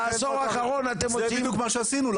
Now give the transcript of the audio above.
בעשור האחרון --- זה בדיוק מה שעשינו.